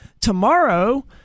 tomorrow